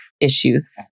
issues